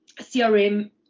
CRM